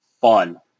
fun